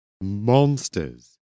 Monsters